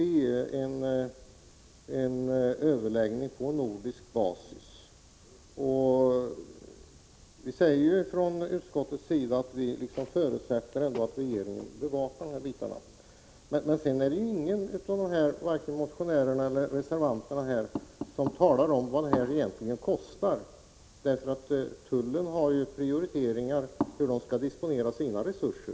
Vi säger från utskottets sida att vi förutsätter att regeringen fortlöpande följer dessa frågor. Varken motionärerna eller reservanterna talar emellertid om kostnaderna. Tullen måste ju göra prioriteringar i fråga om sina resurser.